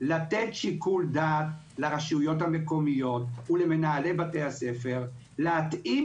לתת שיקול דעת לרשויות המקומיות ולמנהלי בתי הספר להתאים